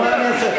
נו, מה אני אעשה.